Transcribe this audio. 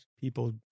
people